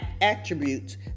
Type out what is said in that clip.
attributes